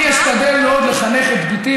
אני אשתדל מאוד לחנך את בתי,